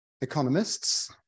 economists